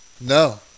No